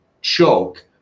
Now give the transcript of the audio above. choke